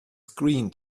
screen